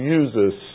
uses